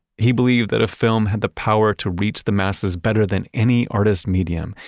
he believed that a film had the power to reach the masses better than any artist's medium,